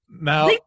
Now